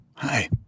Hi